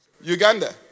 Uganda